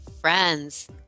friends